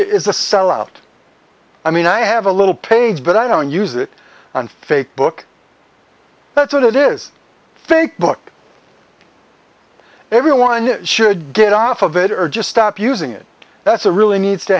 is a sell out i mean i have a little page but i don't use it on facebook that's what it is fake book everyone should get off of it or just stop using it that's a really needs to